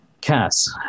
Cass